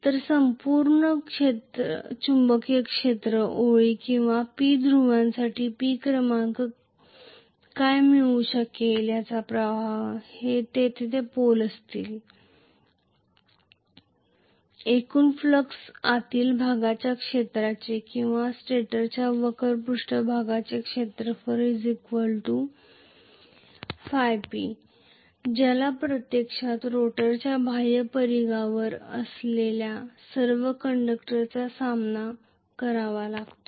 तर संपूर्ण चुंबकीय क्षेत्र ओळी किंवा P ध्रुव्यांसाठी P क्रमांक काय मिळवू शकेल याचा प्रवाह जर तेथे पोल असतील एकूण फ्लक्स आतील भागाच्या क्षेत्राचे किंवा स्टेटरच्या वक्र पृष्ठभागाच्या क्षेत्राचे ϕP ज्याला प्रत्यक्षात रोटरच्या बाह्य परिघावर असलेल्या सर्व कंडक्टरचा सामना करावा लागतो